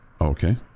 Okay